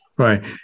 right